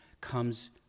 comes